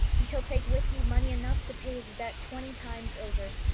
you shall take with you money enough to pay his debt twenty times over.